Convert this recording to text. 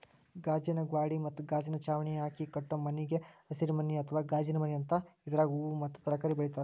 ಗಾಜಿನ ಗ್ವಾಡಿ ಮತ್ತ ಗಾಜಿನ ಚಾವಣಿ ಹಾಕಿ ಕಟ್ಟೋ ಮನಿಗೆ ಹಸಿರುಮನಿ ಅತ್ವಾ ಗಾಜಿನಮನಿ ಅಂತಾರ, ಇದ್ರಾಗ ಹೂವು ಮತ್ತ ತರಕಾರಿ ಬೆಳೇತಾರ